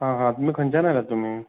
आ हा तुमी खंयच्यान आयलात तुमी